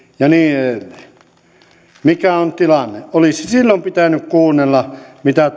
ja niin edelleen mikä on tilanne olisi silloin pitänyt kuunnella mitä